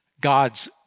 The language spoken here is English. God's